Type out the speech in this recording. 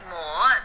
more